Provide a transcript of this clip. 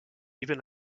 even